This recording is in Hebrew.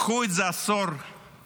קחו את זה עשור קדימה,